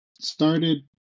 started